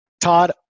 Todd